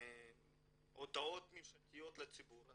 הודעות ממשלתיות לציבור,